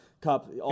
Cup-